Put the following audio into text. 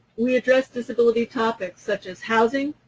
we address disability topics such as housing,